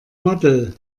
model